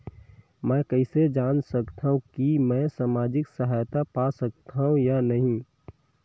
मै कइसे जान सकथव कि मैं समाजिक सहायता पा सकथव या नहीं?